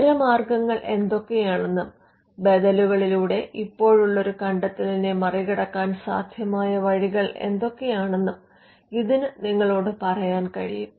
ഇതരമാർഗങ്ങൾ എന്തൊക്കെയാണെന്നും ബദലുകളിലൂടെ ഇപ്പോഴുള്ള ഒരു കണ്ടത്തെലിനെ മറികടക്കാൻ സാധ്യമായ വഴികൾ എന്തൊക്കെയാണെന്നും ഇതിന് നിങ്ങളോട് പറയാൻ കഴിയും